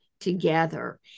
together